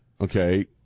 Okay